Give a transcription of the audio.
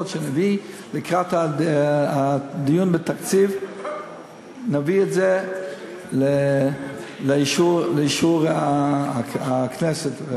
לקראת הדיון בתקציב נביא את זה לאישור הכנסת.